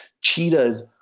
cheetahs